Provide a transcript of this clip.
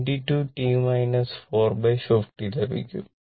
727 e 22 15 ലഭിക്കും